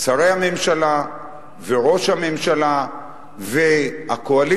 שרי הממשלה וראש הממשלה והקואליציה,